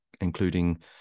including